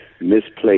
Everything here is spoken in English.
misplaced